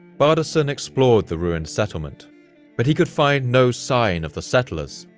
bardason explored the ruined settlement but he could find no sign of the settlers,